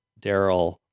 Daryl